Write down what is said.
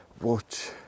watch